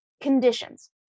conditions